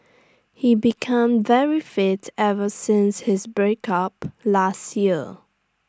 he become very fit ever since his breakup last year